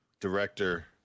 director